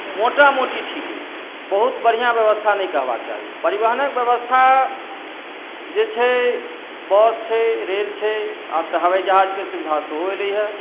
मोटामोटी ठीक अछि बहुत बढ़िआँ व्यवस्था नहि कहबाक चाही परिवहनक व्यवस्था जे छै बस छै रेल छै आब तऽ हवाईजहाजके सुविधा सेहो अयलै हेँ